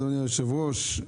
אדוני היושב-ראש,